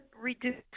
reduce